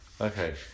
Okay